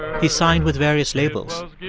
he signed with various labels.